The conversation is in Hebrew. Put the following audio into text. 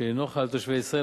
שאינו חל על תושבי ישראל,